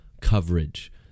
coverage